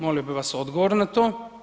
Molio bih vas odgovor na to.